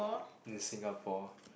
in Singapore